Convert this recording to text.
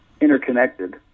interconnected